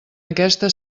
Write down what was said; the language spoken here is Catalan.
aquesta